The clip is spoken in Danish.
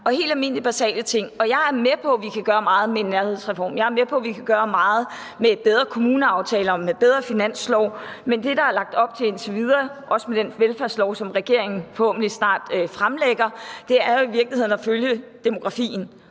og helt almindelige, basale ting. Og jeg er med på, at vi kan gøre meget med en nærhedsreform; jeg er med på, at vi kan gøre meget med bedre kommuneaftaler og med en bedre finanslov. Men det, der er lagt op til indtil videre – også med den velfærdslov, som regeringen forhåbentlig snart fremlægger – er jo i virkeligheden at følge demografien,